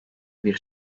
bir